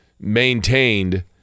maintained